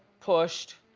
pushed